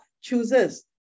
chooses